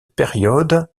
période